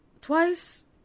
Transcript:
Twice